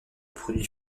produit